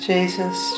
Jesus